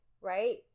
right